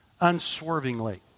unswervingly